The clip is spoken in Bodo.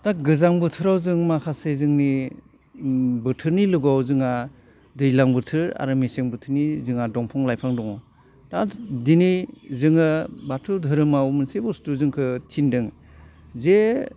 दा गोजां बोथोराव जों माखासे जोंनि बोथोरनि लोगोआव जोंहा दैलां बोथोर आरो मेसें बोथोरनि जोंहा दंफां लाइफां दङ दा दिनै जोङो बाथौ दोहोरोमाव मोनसे बुस्तु जोंखौ थिन्दों जे